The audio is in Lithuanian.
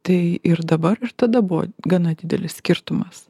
tai ir dabar ir tada buvo gana didelis skirtumas